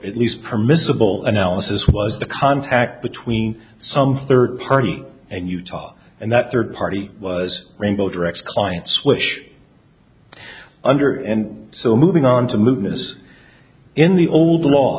at least permissible analysis was the contact between some third party and utah and that third party was rainbow direct clients which under and so moving on to move is in the old law